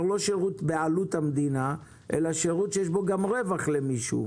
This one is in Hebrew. לא שירות בעלות המדינה אלא שירות שיש בו גם רווח למישהו.